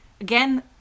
again